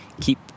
keep